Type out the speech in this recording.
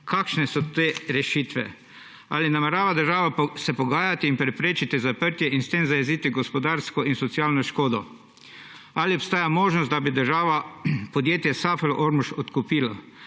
imate pripravljene? Ali se namerava država pogajati in preprečiti zaprtje in s tem zajeziti gospodarsko in socialno škodo? Ali obstaja možnost, da bi država podjetje Safilo Ormož odkupila?